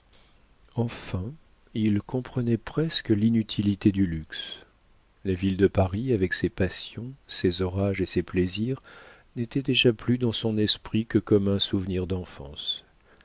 enfin il comprenait presque l'inutilité du luxe la ville de paris avec ses passions ses orages et ses plaisirs n'était déjà plus dans son esprit que comme un souvenir d'enfance